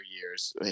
years